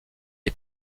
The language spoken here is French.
est